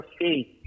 faith